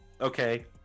okay